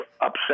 upset